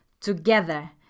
together